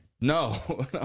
No